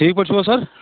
ٹھیٖک پٲٹھۍ چھِو حظ سَر